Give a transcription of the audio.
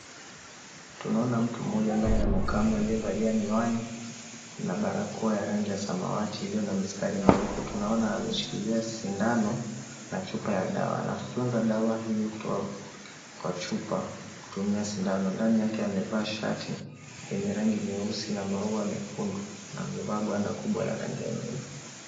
Tunaona mtu mmoja ambaye ni wa mwakamo aliyevalia miwani na barakoa ya rangi ya samawati iliyo na mistari mweupe. Tunaona ameshikilia sindano na chupa ya dawa. Anazifonza dawa hiyo kutoka kwa chupa kutumia sindano. Ndani yake amevaa shati yenye rangi nyeusi na maua nyekundu na amevaa gwanda kubwa la rangi ya nyeupe.